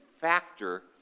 factor